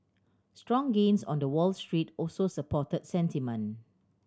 strong gains on the Wall Street also supported sentiment